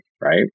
right